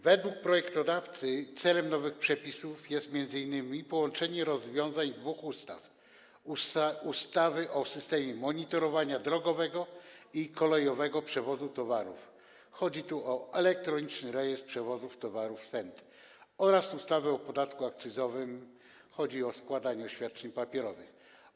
Według projektodawcy celem nowych przepisów jest m.in. połączenie rozwiązań z dwóch ustaw: ustawy o systemie monitorowania drogowego i kolejowego przewozu towarów, chodzi tu o elektroniczny rejestr przewozów towarów SENT, oraz ustawy o podatku akcyzowym, chodzi tu o składanie oświadczeń papierowych.